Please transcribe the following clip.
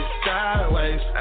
sideways